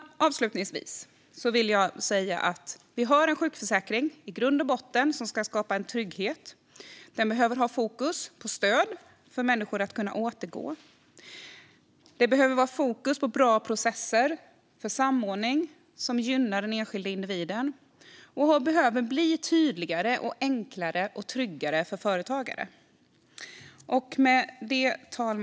Jag vill avslutningsvis säga att vi har en sjukförsäkring i grund och botten som ska skapa en trygghet. Den behöver ha fokus på stöd för människor att kunna återgå. Det behöver vara fokus på bra processer för samordning som gynnar den enskilde individen, och det behöver bli tydligare, enklare och tryggare för företagare. Fru talman!